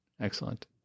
Excellent